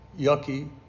yucky